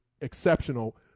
exceptional